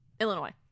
Illinois